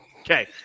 Okay